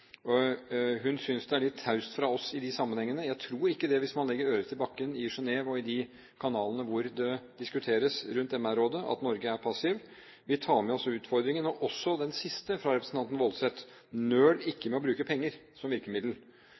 Hun synes det er litt taust fra oss i de sammenhengene. Jeg tror ikke, hvis man legger øret til bakken i Genève og i de kanalene hvor det diskuteres rundt MR-rådet, at Norge er passiv. Vi tar med oss utfordringen – og også den siste fra representanten Woldseth, «nøl ikke med å bruke penger som et virkemiddel».